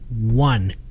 one